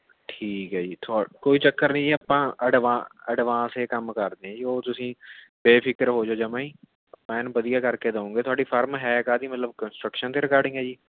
ਠੀਕ ਹੈ ਜੀ ਕੋਈ ਚੱਕਰ ਨਹੀਂ ਜੀ ਆਪਾਂ ਐਡਵਾਂਸ ਹੀ ਕੰਮ ਕਰਦੇ ਹਾਂ ਜੀ ਉਹ ਤੁਸੀਂ ਬੇਫ਼ਿਕਰ ਹੋ ਜਾਉ ਜਮ੍ਹਾਂ ਹੀ ਆਪਾਂ ਐਨ ਵਧੀਆ ਕਰਕੇ ਦੇਵਾਂਗੇ ਤੁਹਾਡੀ ਫ਼ਰਮ ਹੈ ਕਾਹਦੀ ਮਤਲਬ ਕੰਸਟ੍ਰਕਸ਼ਨ ਦੇ ਰਿਗਾਰਡਿੰਗ ਹੈ ਜੀ